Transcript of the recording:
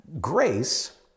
grace